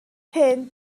hen